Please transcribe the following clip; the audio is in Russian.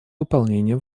выполнение